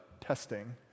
testing